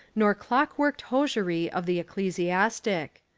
nor clock-worked hosiery of the ecclesiastic.